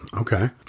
Okay